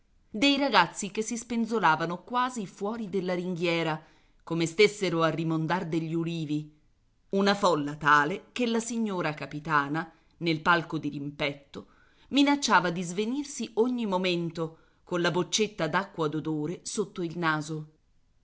dei ragazzi che si spenzolavano quasi fuori della ringhiera come stessero a rimondar degli ulivi una folla tale che la signora capitana nel palco dirimpetto minacciava di svenirsi ogni momento colla boccetta d'acqua d'odore sotto il naso